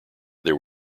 there